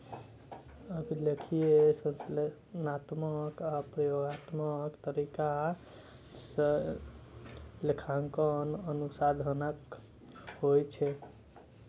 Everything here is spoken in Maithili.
अभिलेखीय, विश्लेषणात्मक आ प्रयोगात्मक तरीका सं लेखांकन अनुसंधानक होइ छै